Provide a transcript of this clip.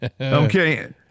Okay